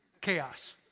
Chaos